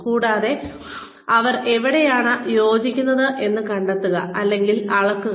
കൂടാതെ അവർ എവിടെയാണ് യോജിക്കുന്നതെന്ന് കണ്ടെത്തുക അല്ലെങ്കിൽ അളക്കുക